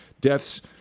deaths